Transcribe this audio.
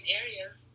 areas